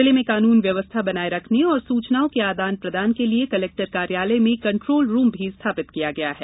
जिले में कानून व्यवस्था बनाये रखने और सूचनाओं के आदान प्रदान के लिये कलेक्टर कार्यालय में कंट्रोल रूम भी स्थापित किया गया है